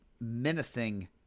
menacing